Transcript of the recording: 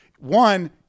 one